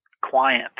quiet